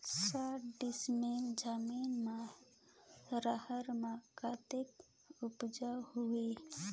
साठ डिसमिल जमीन म रहर म कतका उपजाऊ होही?